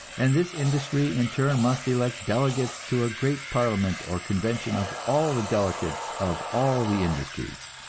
and this industry in turn must elect delegates to a great parliament or convention of all the delegates of all the industries.